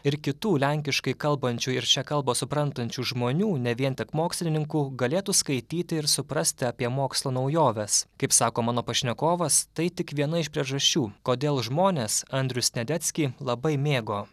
ir kitų lenkiškai kalbančių ir šią kalbą suprantančių žmonių ne vien tik mokslininkų galėtų skaityti ir suprasti apie mokslo naujoves kaip sako mano pašnekovas tai tik viena iš priežasčių kodėl žmonės andrių sniadeckį labai mėgo